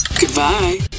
Goodbye